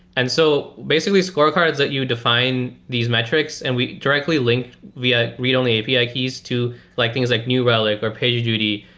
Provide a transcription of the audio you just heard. and so basically scorecards let you define these metr ics, and we directly linked via read-only api ah keys to likings like new relic, or pagerduty